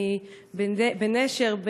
בנשר,